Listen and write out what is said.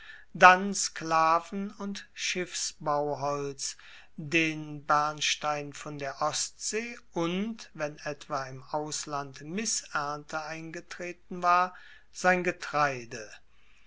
dann sklaven und schiffsbauholz den bernstein von der ostsee und wenn etwa im ausland missernte eingetreten war sein getreide